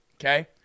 Okay